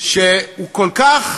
שהוא כל כך